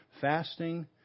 fasting